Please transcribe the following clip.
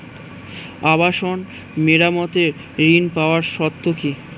আবাসন মেরামতের ঋণ পাওয়ার শর্ত কি?